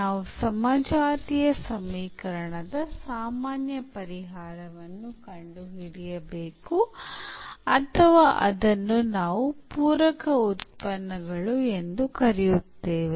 ನಾವು ಸಮಜಾತೀಯ ಸಮೀಕರಣದ ಸಾಮಾನ್ಯ ಪರಿಹಾರವನ್ನು ಕಂಡುಹಿಡಿಯಬೇಕು ಅಥವಾ ಅದನ್ನು ನಾವು ಪೂರಕ ಉತ್ಪನ್ನಗಳು ಎಂದು ಕರೆಯುತ್ತೇವೆ